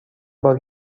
بار